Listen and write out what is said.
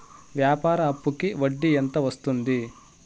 వ్యాపార అప్పుకి వడ్డీ ఎంత వస్తుంది?